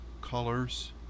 colors